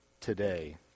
today